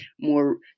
more